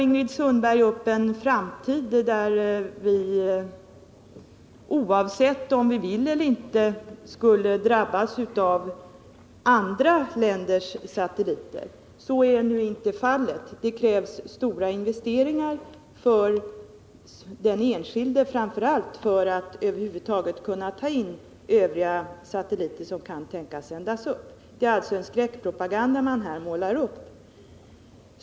Ingrid Sundberg målade upp en framtid, där vi oavsett om vi vill eller inte skulle drabbas av andra länders satelliter. Så är nu inte fallet. Det krävs stora investeringar för den enskilde för att över huvud taget kunna ta in övriga satelliter som kan tänkas sändas upp. Det är alltså en skräckpropaganda som här målas upp.